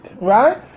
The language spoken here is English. right